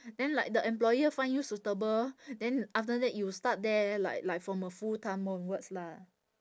then like the employer find you suitable then after that you start there like like from a full time onwards lah